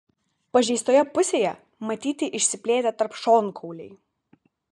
pažeistoje pusėje matyti išsiplėtę tarpšonkauliai